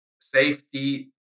safety